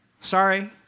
Sorry